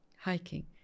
hiking